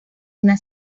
una